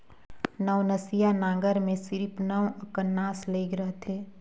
नवनसिया नांगर मे सिरिप नव अकन नास लइग रहथे